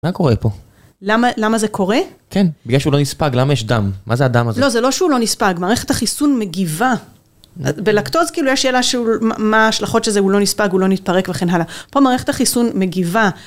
מה קורה פה? למה, למה זה קורה? כן, בגלל שהוא לא נספג, למה יש דם? מה זה הדם הזה? לא, זה לא שהוא לא נספג, מערכת החיסון מגיבה. בלקטוז, כאילו יש שאלה שהוא, מה השלכות שזה, הוא לא נספג, הוא לא מתפרק וכן הלאה. פה מערכת החיסון מגיבה.